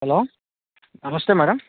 hello నమస్తే madam